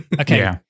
Okay